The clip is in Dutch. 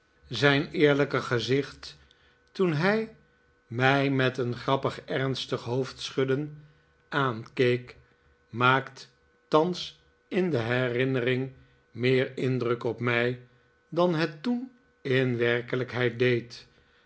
zijn eerlijke gezicht toen hij mij met een grappig ernstig hoofdschudden aankeek maakt thans in de herinnering meer indruk op mij dan net toen in werkelijkheid deed